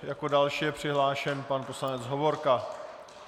Jako další je přihlášen pan poslanec Hovorka.